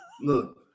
Look